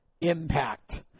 impact